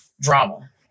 drama